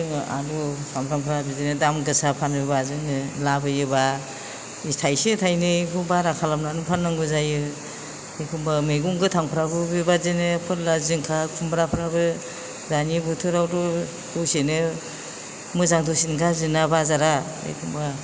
आलु फान्थावफ्रा बिदिनो जोङो दामगोसा फानोब्ला जोङो लाबोयोब्ला जि थायसे थायनैखौ बारा फाननांगौ जायो एखमब्ला मैगं गोथांफ्राबो बेबादिनो फोरला जिंखा खुमब्राफोराबो दानि बोथोरावथ' दसेनो मोजां दसेनो गाज्रि बाजारा